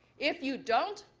if you don't,